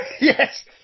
Yes